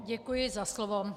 Děkuji za slovo.